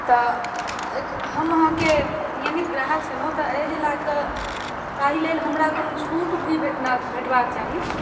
तऽ एखन हम अहाँके नियमित ग्राहक छलहुॅं ताहि लए कए ताहिलेल हमरा किछु छूट भी भेटना भेटबाक चाही